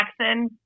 Jackson